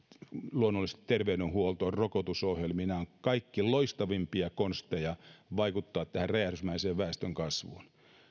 luonnollisesti terveydenhuoltoon rokotusohjelmiin ovat mitä loistavimpia konsteja vaikuttaa tähän räjähdysmäiseen väestönkasvuun